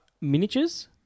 miniatures